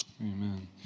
Amen